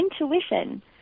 intuition